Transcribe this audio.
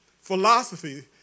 philosophy